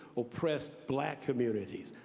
oppressed black communities,